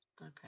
okay